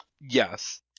Yes